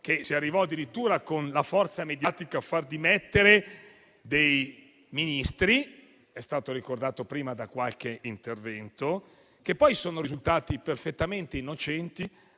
si arrivò con la forza mediatica addirittura a far dimettere dei ministri - è stato ricordato prima da qualche intervento - che poi sono risultati perfettamente innocenti,